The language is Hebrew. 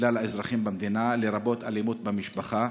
כלל האזרחים במדינה, לרבות אלימות במשפחה,